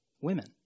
women